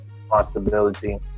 responsibility